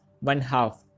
one-half